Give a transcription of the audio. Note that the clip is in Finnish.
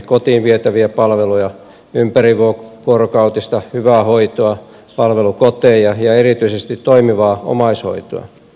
kotiin vietäviä palveluja ympärivuorokautista hyvää hoitoa palvelukoteja ja erityisesti toimivaa omaishoitoa